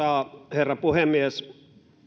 herra puhemies